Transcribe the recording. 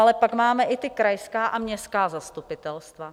Ale máme i ta krajská a městská zastupitelstva.